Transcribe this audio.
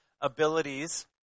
abilities